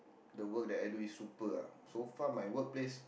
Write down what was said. the work that I do is super ah so far my workplace